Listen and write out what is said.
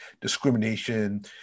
discrimination